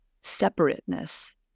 separateness